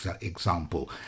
example